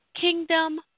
Kingdom